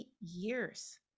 years